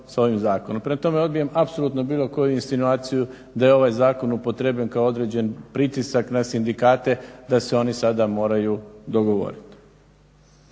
sa ovim zakonom. Prema tome, odbijam apsolutno bilo koju insinuaciju da je ovaj zakon upotrjebljen kao određen pritisak na sindikate da se oni sada moraju dogovoriti.